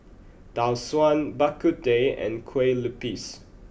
Tau Suan Bak Kut Teh and Kueh Lupis